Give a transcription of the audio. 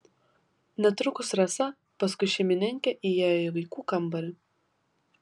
netrukus rasa paskui šeimininkę įėjo į vaikų kambarį